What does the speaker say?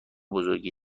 بزرگی